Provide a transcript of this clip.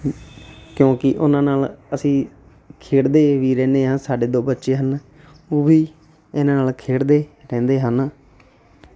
ਕਿਉਂਕਿ ਉਹਨਾਂ ਨਾਲ ਅਸੀਂ ਖੇਡਦੇ ਵੀ ਰਹਿੰਦੇ ਹਾਂ ਸਾਡੇ ਦੋ ਬੱਚੇ ਹਨ ਉਹ ਵੀ ਇਹਨਾਂ ਨਾਲ ਖੇਡਦੇ ਰਹਿੰਦੇ ਹਨ